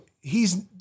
he's-